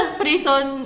prison